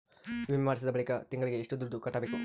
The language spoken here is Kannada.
ವಿಮೆ ಮಾಡಿಸಿದ ಬಳಿಕ ತಿಂಗಳಿಗೆ ಎಷ್ಟು ದುಡ್ಡು ಕಟ್ಟಬೇಕು?